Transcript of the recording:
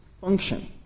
function